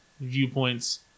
viewpoints